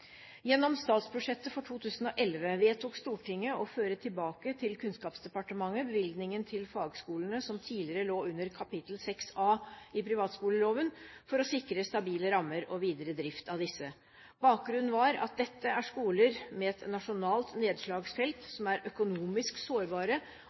Gjennom statsbudsjettet for 2011 vedtok Stortinget å føre tilbake til Kunnskapsdepartementet bevilgningen til fagskolene som tidligere lå under kapittel 6A i privatskoleloven, for å sikre stabile rammer og videre drift av disse. Bakgrunnen var at dette er skoler med et nasjonalt nedslagsfelt